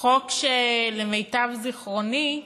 חוק שלמיטב זיכרוני,